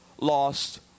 lost